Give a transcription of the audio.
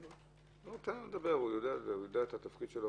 תן לו לדבר, הוא יודע את התפקיד שלו